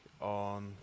on